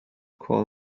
call